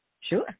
Sure